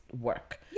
work